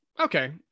Okay